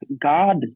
God